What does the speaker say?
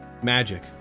Magic